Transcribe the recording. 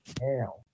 now